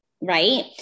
Right